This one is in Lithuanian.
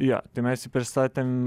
jo tai mes jį pristatėm